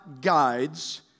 guides